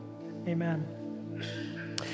Amen